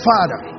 Father